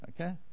Okay